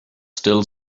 still